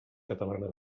catalana